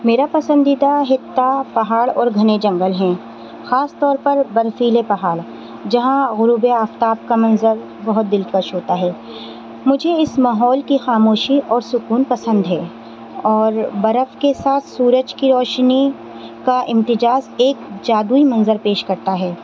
میرا پسندیدہ خطہ پہاڑ اور گھنے جنگل ہیں خاص طور پر برفیلے پہاڑ جہاں غروبِ آفتاب کا منظر بہت دلکش ہوتا ہے مجھے اس ماحول کی خاموشی اور سکون پسند ہے اور برف کے ساتھ سورج کی روشنی کا امتزاج ایک جادوئی منظر پیش کرتا ہے